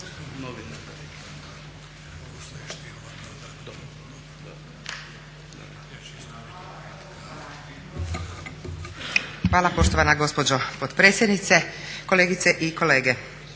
Hvala poštovana gospođo potpredsjednice, kolegice i kolege.